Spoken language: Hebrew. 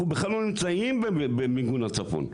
אנחנו בכלל לא נמצאים במיגון הצפון,